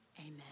amen